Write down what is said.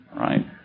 Right